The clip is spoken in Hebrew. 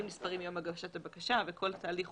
נספרים מיום הגשת הבקשה וכל תהליך